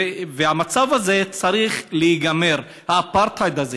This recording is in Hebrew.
המצב הזה צריך להיגמר, האפרטהייד הזה,